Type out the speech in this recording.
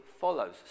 follows